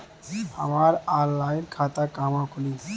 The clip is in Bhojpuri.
हमार ऑनलाइन खाता कहवा खुली?